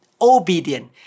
obedient